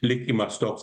likimas toks